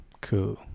cool